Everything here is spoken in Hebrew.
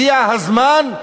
הגיע הזמן,